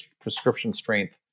prescription-strength